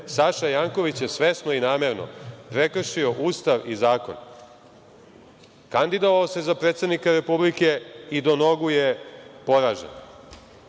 Saša Janković je svesno i namerno prekršio Ustav i zakon, kandidovao se za predsednika Republike i do nogu je poražen. Mi